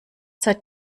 seit